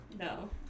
No